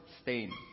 stain